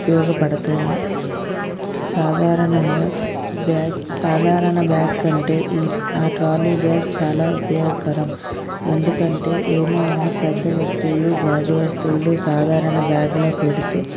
ఉపయోగపడతాయి సాధారణంగా బ్యాగ్ సాధారణ బ్యాగ్ కంటే ఈ ఆ ట్రాలీ బ్యాగ్ చాలా ఉపయోగకరం ఎందుకంటే ఏమైనా పెద్ద వస్తువులు గాజు వస్తువులు సాధారణ బ్యాగ్లో పెడితే